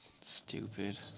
Stupid